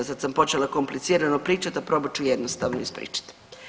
Sad sam počela komplicirano pričat, a probat ću jednostavno ispričat.